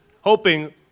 hoping